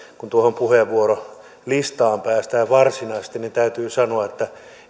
kun tuohon puheenvuorolistaan päästään varsinaisesti niin täytyy sanoa että